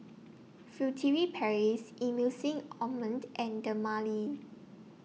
Furtere Paris Emulsying Ointment and Dermale